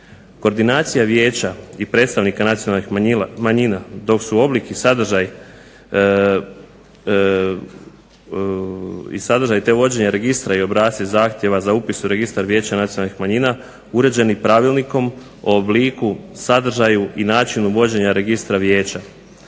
Koordinacija vijeća i predstavnika nacionalnih manjina, dok su oblik i sadržaj te vođenje registra i obrasci zahtjeva za upis u Registar vijeća nacionalnih manjina uređeni Pravilnikom o obliku, sadržaju i načinu vođenja registra vijeća,